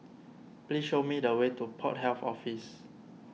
please show me the way to Port Health Office